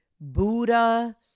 Buddha